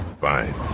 Fine